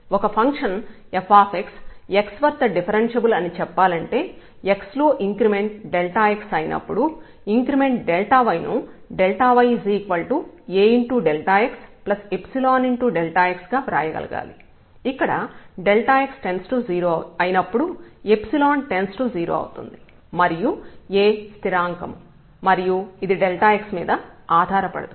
ఒక function fx x వద్ద differentiable అని చెప్పాలంటే x లో ఇంక్రిమెంట్ x అయినప్పుడు ఇది ఆర్బిట్రేరి ఇంక్రిమెంట్ ఇంక్రిమెంట్ y ను yAxϵx గా వ్రాయగలగాలి ఇక్కడ x→0 అయినప్పుడు →0 అవుతుంది మరియు A స్థిరాంకం మరియు ఇది x మీద ఆధారపడదు